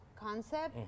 concept